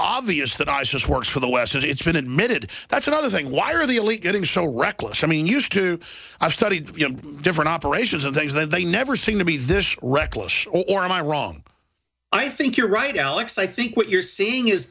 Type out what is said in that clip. obvious that i just work for the west and it's been admitted that's another thing why are the elite getting so reckless i mean used to i studied you know different operations and things and they never seem to be reckless or am i wrong i think you're right alex i think what you're seeing is